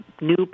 new